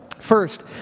First